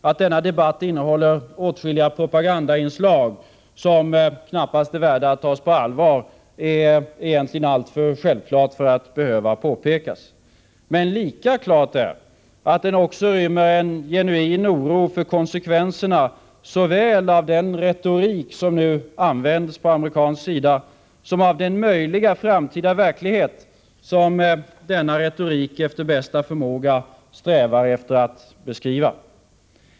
Att denna debatt innehåller åtskilliga propagandainslag som knappast är värda att tas på allvar är egentligen så självklart att det inte behöver påpekas. Men lika klart är att den också rymmer en genuin oro för konsekvenserna, såväl av den retorik som nu används på amerikansk sida som av den möjliga framtida verklighet som denna retorik efter bästa förmåga strävar efter att beskriva.